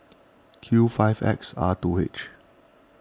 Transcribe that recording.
Q five X R two H